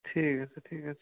ঠিক আছে ঠিক আছে